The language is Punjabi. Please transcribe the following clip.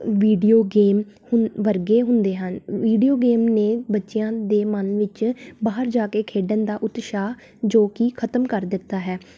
ਵੀਡੀਓ ਗੇਮ ਵਰਗੇ ਹੁੰਦੇ ਹਨ ਵੀਡੀਓ ਗੇਮ ਨੇ ਬੱਚਿਆਂ ਦੇ ਮਨ ਵਿੱਚ ਬਾਹਰ ਜਾ ਕੇ ਖੇਡਣ ਦਾ ਉਤਸ਼ਾਹ ਜੋ ਕਿ ਖਤਮ ਕਰ ਦਿੱਤਾ ਹੈ